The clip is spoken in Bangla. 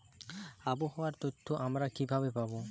আবহাওয়ার তথ্য আমরা কিভাবে পাব?